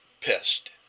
pissed